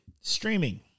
Streaming